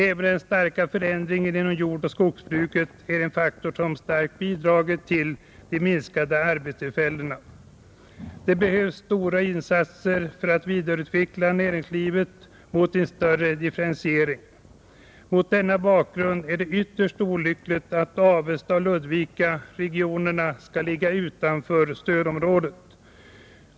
Även den starka förändringen inom jordoch skogsbruket är en faktor som starkt bidragit till de minskade arbetstillfällena, Det behövs stora insatser för att vidareutveckla näringslivet mot en större differentiering. Mot denna bakgrund är det ytterst olyckligt att Avestaoch Ludvikaregionerna skall ligga utanför stödområdet.